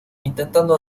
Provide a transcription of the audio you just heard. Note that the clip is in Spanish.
intentando